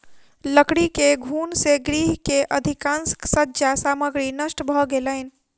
लकड़ी के घुन से गृह के अधिकाँश सज्जा सामग्री नष्ट भ गेलैन